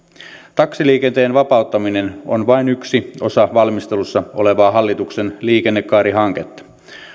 taksiliikenteen vapauttaminen on vain yksi osa valmistelussa olevaa hallituksen liikennekaarihanketta